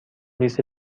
لیست